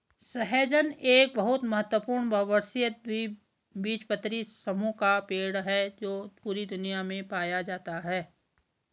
सहजन एक बहुत महत्वपूर्ण बहुवर्षीय द्विबीजपत्री समूह का पेड़ है जो पूरी दुनिया में पाया जाता है